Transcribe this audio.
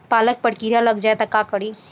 पालक पर कीड़ा लग जाए त का करी?